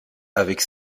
avec